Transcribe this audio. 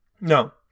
No